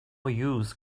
use